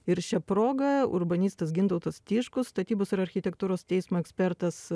ir šia proga urbanistas gintautas tiškus statybos ir architektūros teismo ekspertas